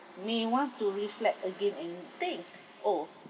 we want to reflect again and think oh